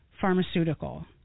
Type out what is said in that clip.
pharmaceutical